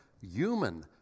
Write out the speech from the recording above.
human